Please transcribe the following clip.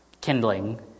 kindling